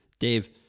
Dave